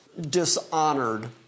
dishonored